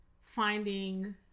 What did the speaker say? finding